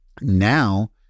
Now